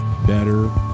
better